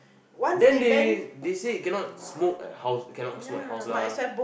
then they they say cannot smoke at house cannot smoke at house lah